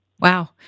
Wow